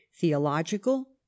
theological